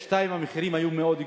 2. המחירים היו מאוד גבוהים,